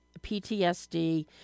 PTSD